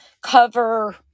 cover